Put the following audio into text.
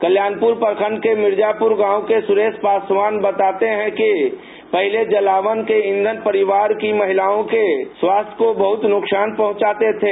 कल्याण पुर प्रखंड के मिर्जापुर गांव के सुरेश पासवान बताते हैं कि पहले जलावन के ईंधन परिवार की महिलाओं के स्वास्थ्य को बहुत नुकसान पहुंचाते थे